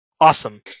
Awesome